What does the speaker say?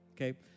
okay